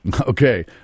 Okay